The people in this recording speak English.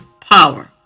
Power